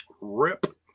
rip